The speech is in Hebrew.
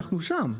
אנחנו שם,